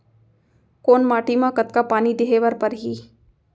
कोन माटी म कतका पानी देहे बर परहि?